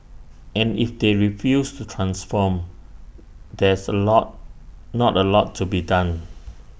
and if they refuse to transform there's A lot not A lot to be done